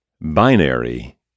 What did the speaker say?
Binary